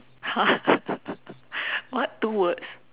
!huh! what two words